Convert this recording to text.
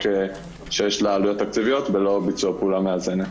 שיש לה עלויות תקציביות בלא ביצוע פעולה מאזנת.